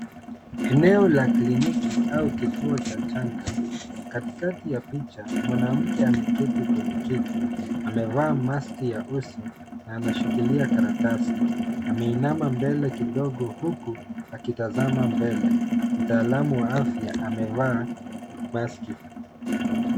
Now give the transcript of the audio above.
Eneo la kliniki au kituo cha chanjo. Katikati ya picha mwanamke ameketi kwenye kiti, amevaa maski ya uso na anashikilia karatasi. Ameinama mbele kidogo huku akitazama mbele. Mtaalam wa afya amevaa maski.